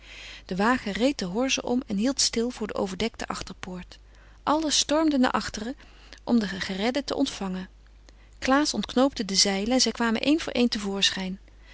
de wagen reed de horze om en hield stil voor de overdekte achterpoort allen stormden naar achteren om de geredden te ontvangen klaas ontknoopte de zeilen en zij kwamen een voor een